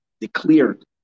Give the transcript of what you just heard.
declared